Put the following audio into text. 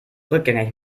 rückgängig